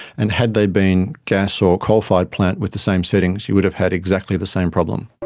and had they been gas or coal-fired plant with the same settings, you would have had exactly the same problem.